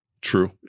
True